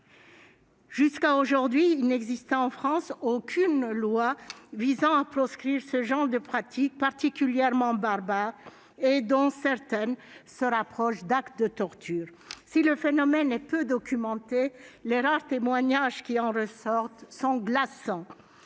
Jusqu'à aujourd'hui, il n'existait en France aucune loi visant à proscrire ce genre de pratiques particulièrement barbares et dont certaines se rapprochent d'actes de torture. Si le phénomène est peu documenté, les rares témoignages connus sont glaçants